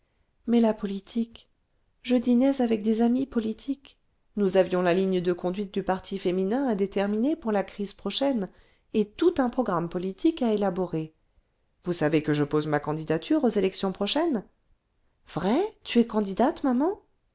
mais la politique je dînais avec des amies politiques nous avions la ligne de conduite du parti féminin à déterminer pour la crise prochaine et tout un programme politique à élaborer vous savez que je pose ma candidature aux élections prochaines vrai tu es candidate maman